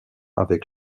avec